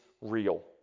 real